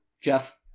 Jeff